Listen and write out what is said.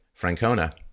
Francona